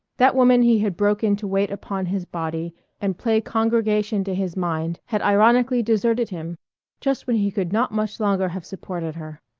that woman he had broken to wait upon his body and play congregation to his mind had ironically deserted him just when he could not much longer have supported her.